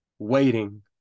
waiting